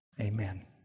Amen